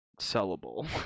sellable